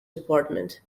department